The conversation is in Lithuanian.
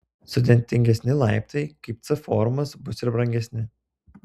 sudėtingesni laiptai kaip c formos bus ir brangesni